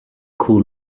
cool